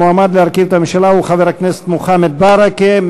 המועמד להרכיב את הממשלה הוא חבר הכנסת מוחמד ברכה.